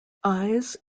eyes